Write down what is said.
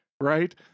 right